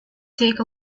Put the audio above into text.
take